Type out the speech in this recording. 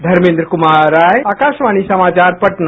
धर्मेन्द्र कुमार राय आकाशवाणी समाचार पटना